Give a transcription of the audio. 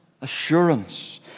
assurance